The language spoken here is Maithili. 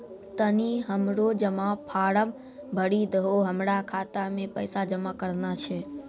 तनी हमरो जमा फारम भरी दहो, हमरा खाता मे पैसा जमा करना छै